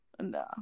No